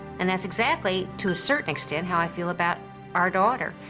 and that's exactly, to a certain extent, how i feel about our daughter.